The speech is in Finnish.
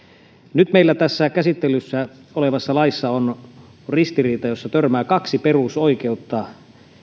nyt meillä käsittelyssä olevassa laissa on ristiriita jossa törmää kaksi perusoikeutta